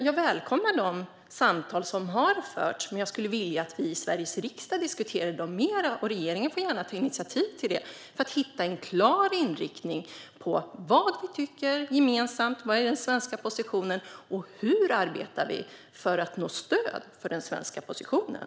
Jag välkomnar de samtal som har förts. Men jag skulle vilja att vi i Sveriges riksdag diskuterar dem mer. Regeringen får gärna ta initiativ till det för att hitta en klar inriktning på vad vi tycker gemensamt, vad som är den svenska positionen och hur vi arbetar för att nå stöd för den svenska positionen.